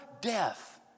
death